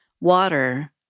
water